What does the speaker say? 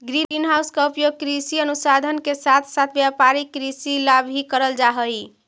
green house का उपयोग कृषि अनुसंधान के साथ साथ व्यापारिक कृषि ला भी करल जा हई